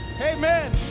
Amen